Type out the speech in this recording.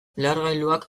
lehergailuak